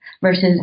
versus